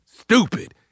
Stupid